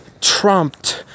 trumped